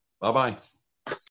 Bye-bye